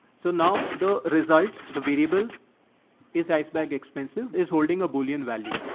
so now the result the variable is iceberg expensive is holding a boolean value.